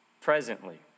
presently